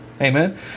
Amen